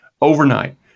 overnight